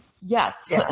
Yes